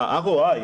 ה-ROI,